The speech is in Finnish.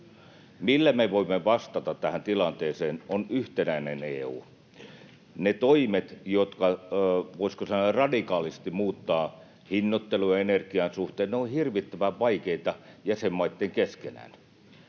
millä me voimme vastata tähän tilanteeseen, on yhtenäinen EU. Ne toimet, jotka, voisiko sanoa, radikaalisti muuttavat hinnoittelua energian suhteen, ovat hirvittävän vaikeita jäsenmaitten kesken.